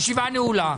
הישיבה נעולה.